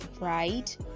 right